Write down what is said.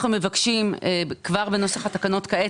אנחנו מבקשים כבר בנוסח התקנות כעת,